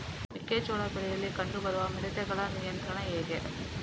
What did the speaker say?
ಮೆಕ್ಕೆ ಜೋಳ ಬೆಳೆಯಲ್ಲಿ ಕಂಡು ಬರುವ ಮಿಡತೆಗಳ ನಿಯಂತ್ರಣ ಹೇಗೆ?